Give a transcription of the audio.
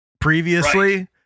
previously